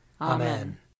Amen